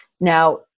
Now